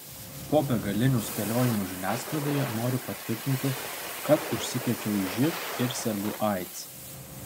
po begalinių spėliojimų žiniasklaidoje noriu patvirtinti kad užsikrėčiau živ ir sergu aids